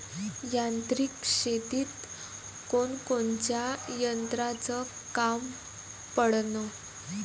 यांत्रिक शेतीत कोनकोनच्या यंत्राचं काम पडन?